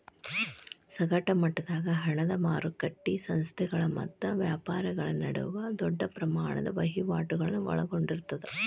ಸಗಟ ಮಟ್ಟದಾಗ ಹಣದ ಮಾರಕಟ್ಟಿ ಸಂಸ್ಥೆಗಳ ಮತ್ತ ವ್ಯಾಪಾರಿಗಳ ನಡುವ ದೊಡ್ಡ ಪ್ರಮಾಣದ ವಹಿವಾಟುಗಳನ್ನ ಒಳಗೊಂಡಿರ್ತದ